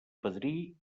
padrí